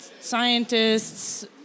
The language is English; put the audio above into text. scientists